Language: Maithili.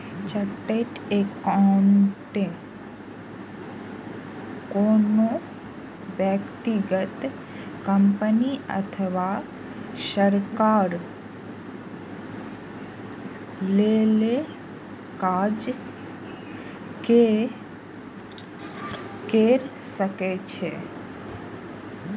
चार्टेड एकाउंटेंट कोनो व्यक्ति, कंपनी अथवा सरकार लेल काज कैर सकै छै